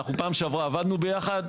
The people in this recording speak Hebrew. בפעם שעברה עבדנו יחד,